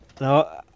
No